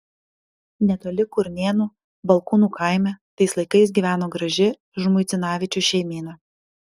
netoli kurnėnų balkūnų kaime tais laikais gyveno graži žmuidzinavičių šeimyna